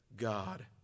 God